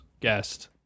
guest